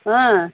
হ্যাঁ